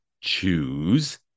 choose